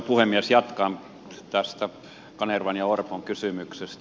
jatkan tästä kanervan ja orpon kysymyksestä